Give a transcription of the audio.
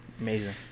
amazing